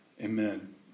amen